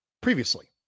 previously